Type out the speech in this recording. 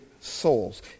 souls